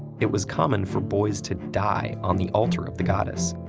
it was common for boys to die on the altar of the goddess.